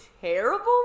terrible